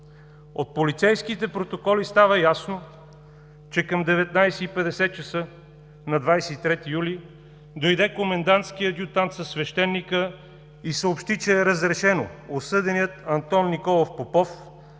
От полицейските протоколи става ясно, че „към 19,50 ч. на 23 юли дойде комендантският адютант със свещеника и съобщи, че е разрешено осъденият Антон Николов Попов